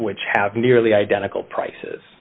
which have nearly identical prices